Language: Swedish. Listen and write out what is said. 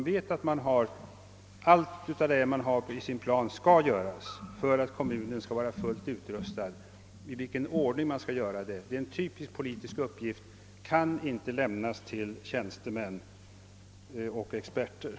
Allt skall tas med i planen för att kommunen skall stå fullt rustad, men det är en typisk politisk uppgift att avgöra i vilken ordning det skall ske. Den saken kan inte överlämnas till tjänstemän och experter.